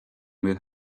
with